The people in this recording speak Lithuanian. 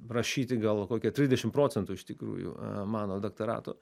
rašyti gal kokie trisdešimt procentų iš tikrųjų mano daktarato